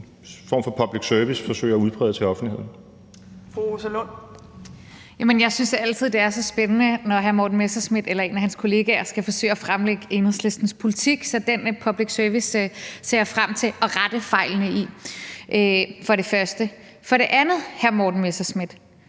Fru Rosa Lund. Kl. 15:22 Rosa Lund (EL): Jamen jeg synes altid, det er så spændende, når hr. Morten Messerschmidt eller en af hans kollegaer skal forsøge at fremlægge Enhedslistens politik, så den med public service ser jeg for det første frem til at rette fejlene i. For det andet, hr. Morten Messerschmidt,